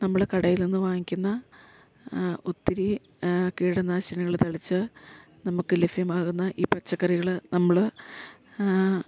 നമ്മള് കടയിൽ നിന്ന് വാങ്ങിക്കുന്ന ഒത്തിരി കീടനാശിനികള് തളിച്ച് നമുക്ക് ലഭ്യമാകുന്ന ഈ പച്ചക്കറികള് നമ്മള്